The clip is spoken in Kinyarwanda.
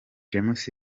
james